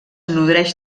nodreix